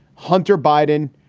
hunter biden,